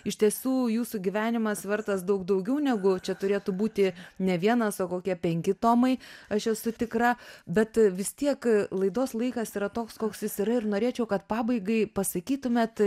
iš tiesų jūsų gyvenimas vertas daug daugiau negu čia turėtų būti ne vienas o kokie penki tomai aš esu tikra bet vis tiek laidos laikas yra toks koks jis yra ir norėčiau kad pabaigai pasakytumėt